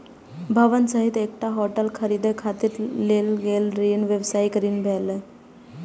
भवन सहित एकटा होटल खरीदै खातिर लेल गेल ऋण व्यवसायी ऋण भेलै